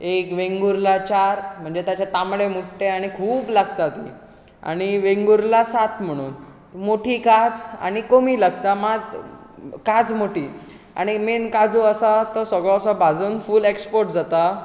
एक वेंगुर्ला चार म्हणजे ताचें तांबडें मुट्टें आनी खूब लागता ते आनी वेंगुर्ला सात म्हणून मोठी काज आनी कमी लागता मात काज मोठी आनी मेन काजू आसा तो सगळो असो भाजून फूल एक्सपोर्ट जाता